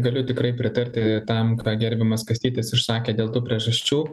galiu tikrai pritarti tam ką gerbiamas kastytis išsakė dėl tų priežasčių